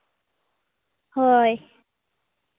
ᱦᱳᱭ